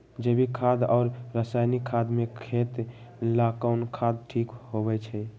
जैविक खाद और रासायनिक खाद में खेत ला कौन खाद ठीक होवैछे?